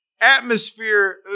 atmosphere